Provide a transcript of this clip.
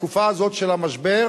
בתקופה הזאת של המשבר,